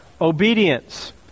obedience